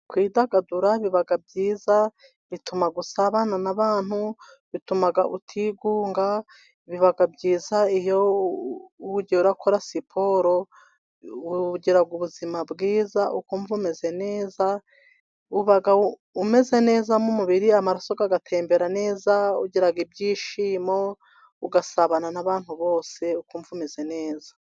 Kwidagadura biba byiza, bituma usabana n'abantu bituma utigunga biba byiza iyo ugenda ukora siporo ugiraga ubuzima bwiza, ukumva umeze neza, umeze neza nk'umubiri, amaraso agatembera neza, ugira ibyishimo ugasabana n'abantu bose, ukumva umeze neza.